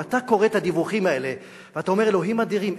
ואתה קורא את הדיווחים האלה ואתה אומר: אלוהים אדירים,